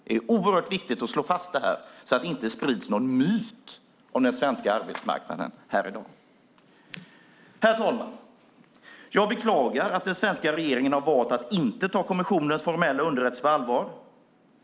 Det är viktigt att slå fast detta så att det inte sprids någon myt om den svenska arbetsmarknaden här i dag. Herr talman! Jag beklagar att den svenska regeringen har valt att inte ta kommissionens formella underrättelse på allvar.